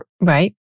Right